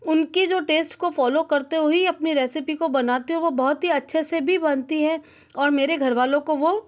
उनकी जो टेस्ट को फॉलो करते हुए अपनी रेसिपी को बनाते हो बहुत ही अच्छे से भी बनती है और मेरे घर वालों को वह